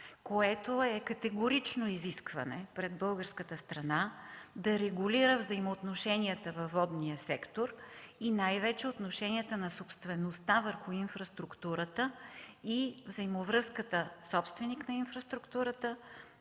което е категорично изискване пред българската страна – да регулира взаимоотношенията във водния сектор и най-вече отношенията на собствеността върху инфраструктурата и взаимовръзката „Собственик на инфраструктурата